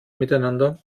miteinander